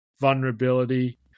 vulnerability